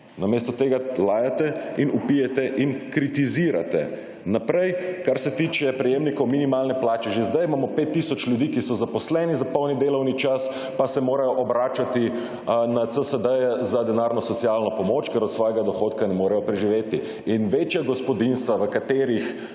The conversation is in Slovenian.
Namesto tega lajate in vpijete in kritizirate. Naprej, kar se tiče prejemnikov minimalne plače. Že sedaj imamo 5 tisoč ljudi, ki so zaposleni za polni delovni čas pa se morajo obračati na CSD za denarno socialno pomoč, ker od svojega dohodka ne morejo preživeti in večja gospodinjstva, v katerih